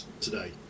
today